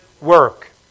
work